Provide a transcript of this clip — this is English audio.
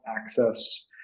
access